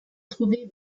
trouver